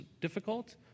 difficult